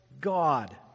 God